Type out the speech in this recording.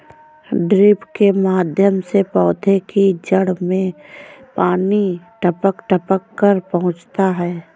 drip के माध्यम से पौधे की जड़ में पानी टपक टपक कर पहुँचता है